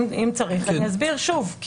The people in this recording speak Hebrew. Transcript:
אם צריך, אני אסביר שוב.